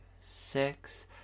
six